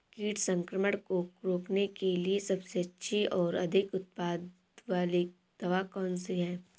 कीट संक्रमण को रोकने के लिए सबसे अच्छी और अधिक उत्पाद वाली दवा कौन सी है?